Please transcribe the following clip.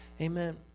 Amen